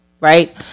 right